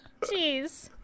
Jeez